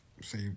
say